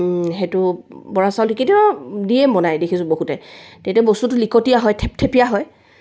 সেইটো বৰা চাউলটো কিন্তু দিয়ে বনায় দেখিছোঁ বহুতে তেতিয়া বস্তুটো লিকটীয়া হয় থেপথেপিয়া হয়